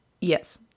yes